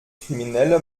kriminelle